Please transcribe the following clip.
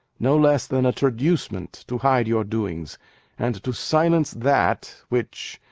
no less than a traducement, to hide your doings and to silence that which,